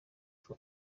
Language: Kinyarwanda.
for